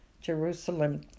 Jerusalem